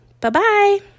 Bye-bye